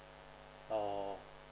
oh